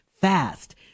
fast